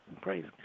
Praise